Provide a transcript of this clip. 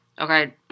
Okay